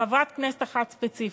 חברת כנסת אחת ספציפית.